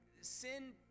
sin